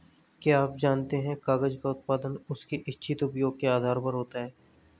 क्या आप जानते है कागज़ का उत्पादन उसके इच्छित उपयोग के आधार पर होता है?